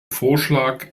vorschlag